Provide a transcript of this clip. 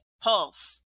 pulse